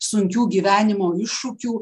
sunkių gyvenimo iššūkių